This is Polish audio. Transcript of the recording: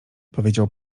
powiedział